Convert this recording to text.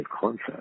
concept